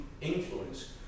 influence